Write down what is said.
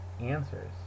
answers